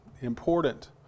important